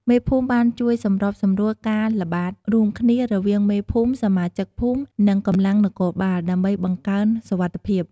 មេភូមិបានជួយសម្របសម្រួលការល្បាតរួមគ្នារវាងមេភូមិ សមាជិកភូមិ និងកម្លាំងនគរបាល ដើម្បីបង្កើនសុវត្ថិភាព។